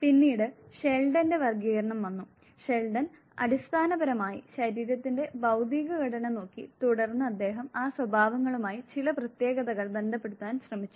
പിന്നീട് ഷെൽഡന്റെ വർഗ്ഗീകരണം വന്നു ഷെൽഡൻ അടിസ്ഥാനപരമായി ശരീരത്തിന്റെ ഭൌതിക ഘടന നോക്കി തുടർന്ന് അദ്ദേഹം ആ സ്വഭാവങ്ങളുമായി ചില പ്രത്യേകതകൾ ബന്ധപ്പെടുത്താൻ ശ്രമിച്ചു